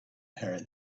her